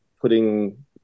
putting